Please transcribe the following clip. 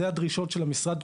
זה הדרישות של המשרד.